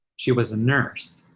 she was a nurse,